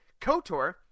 KOTOR